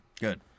Good